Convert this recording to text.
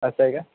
असं आहे का